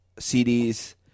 CDs